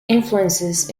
influences